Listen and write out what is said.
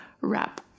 wrap